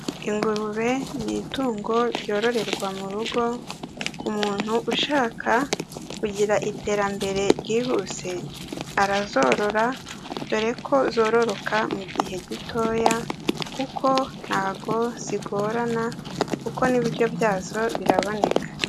Ingurube ni itungo ryororerwa mu rugo. Ku muntu ushaka kugira iterambere ryihuse, arazorora, dore ko zororoka mu gihe gitoya, kuko ntabwo zigorana, kuko n'ibiryo byazo biraboneka.